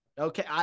Okay